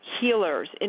healers